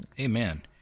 Amen